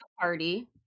party